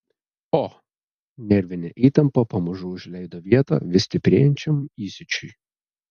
o nervinė įtampa pamažu užleido vietą vis stiprėjančiam įsiūčiui